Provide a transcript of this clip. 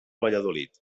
valladolid